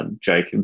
Jake